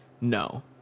No